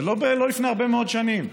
ולא לפני הרבה מאוד שנים,